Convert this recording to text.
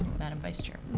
madam vice chair.